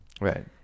Right